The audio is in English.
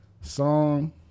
song